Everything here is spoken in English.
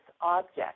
object